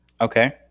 Okay